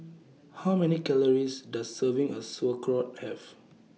How Many Calories Does Serving of Sauerkraut Have